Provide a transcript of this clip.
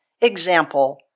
Example